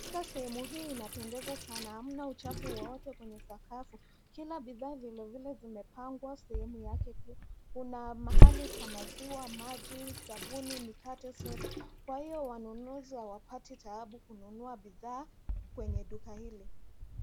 Katika sehemu hii inapendeza sana. Hamna uchafu wowote kwenye sakafu. Kila bidhaa vilevile zimepangwa sehemu yake tu. Kuna mahali pa maziwa maji, sabuni, mikate, soda kwa hiyo wanunuzi hawapati taabu kununua bidhaa kwenye duka hili.